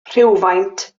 rhywfaint